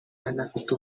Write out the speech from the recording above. anafite